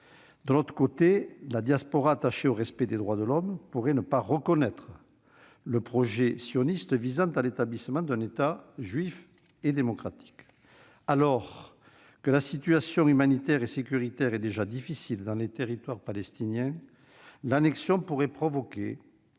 De l'autre côté, la diaspora, attachée au respect des droits de l'homme, pourrait ne pas reconnaître le projet sioniste visant à l'établissement d'un État juif et démocratique. Alors que la situation humanitaire et sécuritaire est déjà difficile dans les territoires palestiniens, l'annexion pourrait provoquer